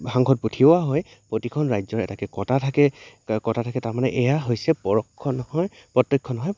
সাংসদ পঠিওৱা হয় প্ৰতিখন ৰাজ্যৰে এটাকৈ ক'টা থাকে ক'টা থাকে তাৰমানে এয়া হৈছে পৰক্ষণ হয় প্ৰত্যেকখনৰ